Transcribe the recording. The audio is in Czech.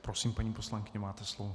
Prosím, paní poslankyně, máte slovo.